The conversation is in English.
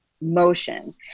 motion